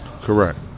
Correct